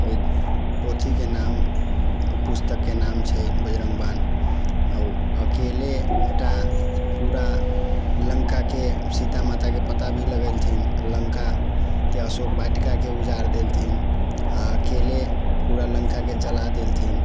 ओहि पोथीके नाम पुस्तकके नाम छै बजरङ्ग बाण आ ओ अकेले एकटा पूरा लङ्काके सीता माताके पता भी लगेलथिन लङ्काके अशोक वाटिकाके उजाड़ि देलथिन आ अकेले पूरा लङ्काके जड़ा देलथिन